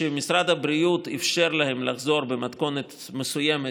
שמשרד הבריאות אפשר להן לחזור לפעילות במתכונת מסוימת,